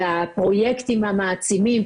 של הפרוייקטים המעצימים,